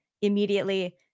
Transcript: immediately